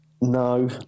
No